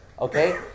Okay